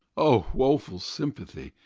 o woeful sympathy!